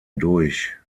durch